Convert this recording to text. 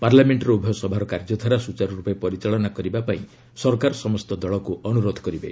ପାର୍ଲାମେଷ୍କର ଉଭୟ ସଭାର କାର୍ଯ୍ୟଧାରା ସ୍ରଚାର୍ରର୍ପେ ପରିଚାଳନା କରିବା ପାଇଁ ସରକାର ସମସ୍ତ ଦଳକ୍ ଅନ୍ଦରୋଧ କରିବେ